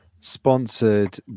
sponsored